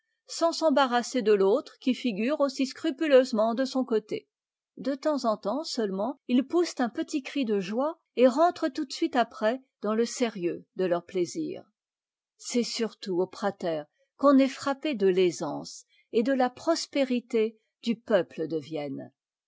sans s'embarrasser de autre qui figure aussi scrupuleusement de son côté de temps en temps seulement ils poussent un petit cri de joie et rentrent tout de suite après dans le sérieux de leur plaisir c'est surtout au prater qu'on est frappé de l'aisance et de la prospérité du peuple de vienne